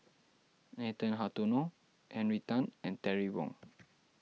Nathan Hartono Henry Tan and Terry Wong